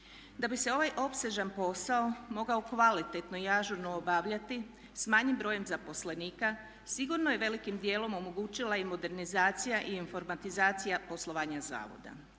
Da bi se ovaj opsežan posao mogao kvalitetno i ažurno obavljati s manjim brojem zaposlenika sigurno je velikim dijelom omogućila i modernizacija i informatizacija poslovanja zavoda.